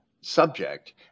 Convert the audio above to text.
subject